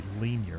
linear